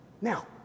Now